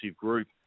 group